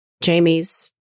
Jamie's